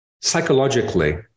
Psychologically